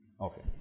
okay